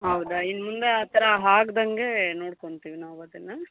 ಹೌದಾ ಇನ್ನು ಮುಂದೆ ಆ ಥರ ಆಗ್ದಂಗೆ ನೋಡ್ಕೊಂತೀವಿ ನಾವು ಅದನ್ನು